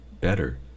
better